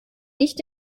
nicht